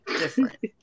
different